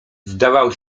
zdawał